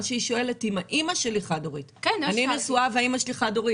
היא שואלת אם אני נשואה ואמא שלי חד הורית.